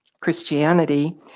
Christianity